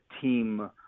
team